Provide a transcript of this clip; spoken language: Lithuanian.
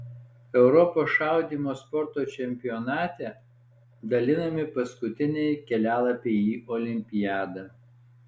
europos šaudymo sporto čempionate dalinami paskutiniai kelialapiai į olimpiadą